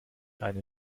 eine